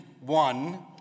one